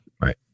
Right